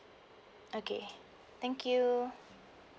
okay thank you